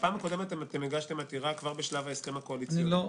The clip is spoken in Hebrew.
בפעם הקודמת הגשתם עתירה כבר בשלב ההסכם הקואליציוני,